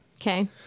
Okay